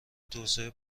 توسعه